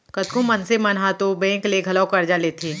कतको मनसे मन ह तो बेंक ले घलौ करजा लेथें